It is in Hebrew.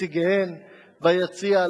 נציגותיהן ביציע,